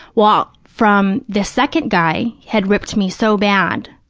while from the second guy had ripped me so bad,